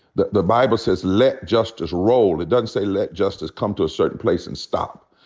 the the bible says, let justice roll. it doesn't say, let justice come to a certain place and stop.